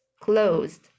closed